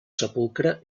sepulcre